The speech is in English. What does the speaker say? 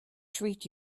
treat